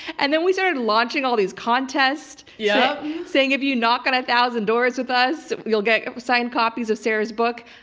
and then we start launching all these contests yeah saying, if you knock on a thousand doors with us, you'll get signed copies of sarah's book.